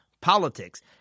politics